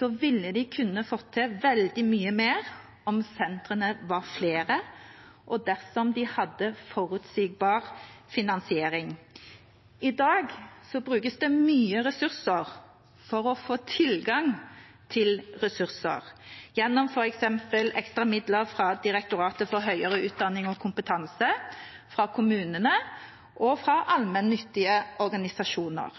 de fått til veldig mye mer om sentrene var flere, og dersom de hadde forutsigbar finansiering. I dag brukes det mye ressurser for å få tilgang til ressurser, gjennom f.eks. ekstra midler fra Direktoratet for høyere utdanning og kompetanse, fra kommunene og fra allmennyttige organisasjoner.